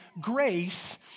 grace